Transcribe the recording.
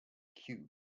cue